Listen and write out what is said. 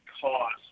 cost